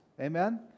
Amen